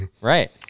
Right